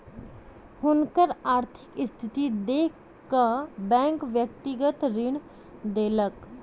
हुनकर आर्थिक स्थिति देख कअ बैंक व्यक्तिगत ऋण देलक